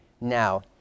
now